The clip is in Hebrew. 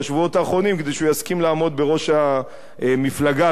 האחרונים כדי שהוא יסכים לעמוד בראש המפלגה שלה.